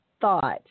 thought